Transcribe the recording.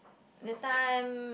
that time